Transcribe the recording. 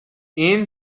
این